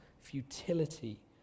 futility